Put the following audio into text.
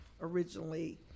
originally